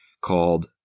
called